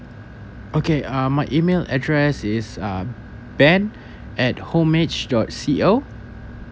okay uh my email address is uh ben at homage dot C_O